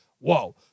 Whoa